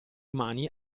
umani